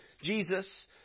Jesus